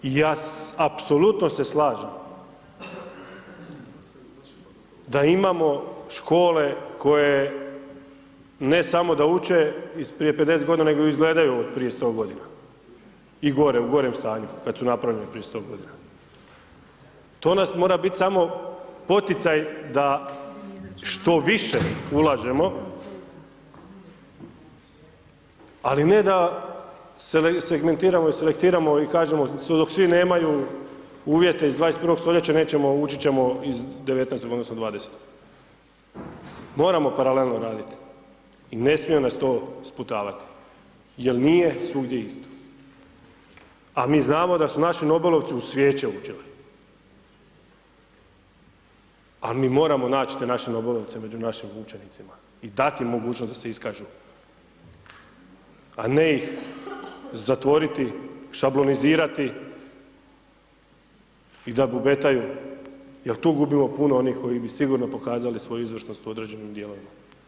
Ja apsolutno se slažem da imamo škole koje ne samo da uče iz prije 50 godina nego izgledaju od prije 100 godina i gore u gorem stanju kad su napravljene prije 100 godina, to nas mora bit samo poticaj da što više ulažemo ali ne da segmentiramo i selektiramo i kažemo dok svi nemaju uvjete iz 21. stoljeća učit ćemo iz 19. odnosno 20. moramo paralelno radit i ne smije nas to sputavat jer nije svugdje isto, a mi znamo da su naši nobelovci uz svijeće učili, a mi moramo nać te naše nobelovce među našim učenicima i dati im mogućnost da se iskažu, a ne ih zatvoriti, šablonizirati i da bubetaju jer tu gubimo puno onih koji bi sigurno pokazali svoju izvrsnost u određenim dijelovima.